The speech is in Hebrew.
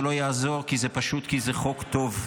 זה לא יעזור פשוט כי זה חוק טוב.